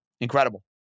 incredible